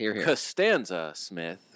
Costanza-Smith